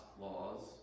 laws